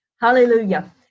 Hallelujah